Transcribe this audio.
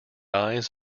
eyes